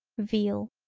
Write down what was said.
veal.